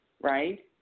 right